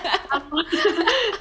yeah lor